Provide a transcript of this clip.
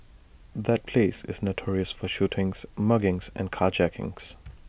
that place is notorious for shootings muggings and carjackings